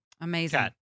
Amazing